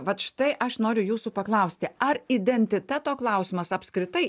vat štai aš noriu jūsų paklausti ar identiteto klausimas apskritai